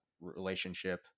relationship